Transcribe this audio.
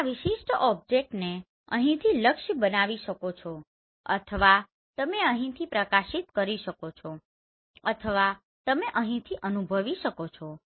તમે આ વિશિષ્ટ ઓબ્જેક્ટને અહીંથી લક્ષ્ય બનાવી શકો છો અથવા તમે અહીંથી પ્રકાશિત કરી શકો છો અથવા તમે અહીંથી અનુભવી શકો છો